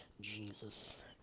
Jesus